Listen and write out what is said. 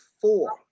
four